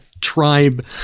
tribe